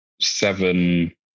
seven